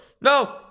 No